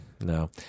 no